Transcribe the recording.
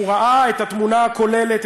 הוא ראה את התמונה הכוללת,